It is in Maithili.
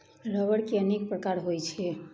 रबड़ के अनेक प्रकार होइ छै